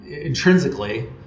intrinsically